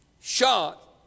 shot